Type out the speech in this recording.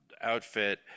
outfit